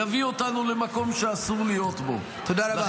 יביא אותנו למקום שאסור להיות בו -- תודה רבה.